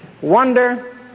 Wonder